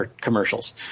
commercials